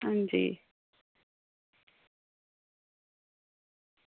अंजी